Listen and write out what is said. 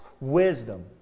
wisdom